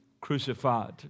crucified